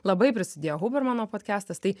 labai prisidėjo hubermano podkestas tai